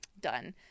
done